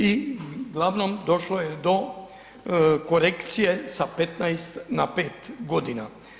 I glavnom došlo je do korekcije sa 15 na 5 godina.